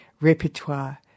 repertoire